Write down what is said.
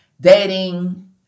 dating